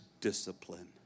discipline